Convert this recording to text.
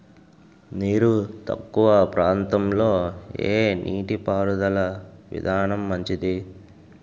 నీరు తక్కువ ప్రాంతంలో ఏ నీటిపారుదల విధానం మంచిది?